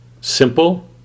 simple